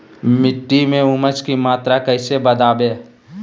मिट्टी में ऊमस की मात्रा कैसे बदाबे?